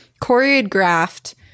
choreographed